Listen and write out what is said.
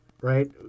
right